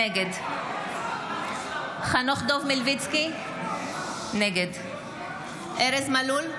נגד חנוך דב מלביצקי, נגד ארז מלול,